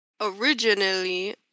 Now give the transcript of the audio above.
Originally